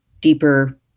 deeper